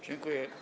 Dziękuję.